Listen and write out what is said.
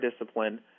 discipline